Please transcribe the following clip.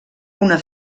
una